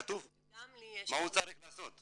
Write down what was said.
כתוב מה הוא צריך לעשות.